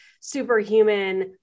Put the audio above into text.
superhuman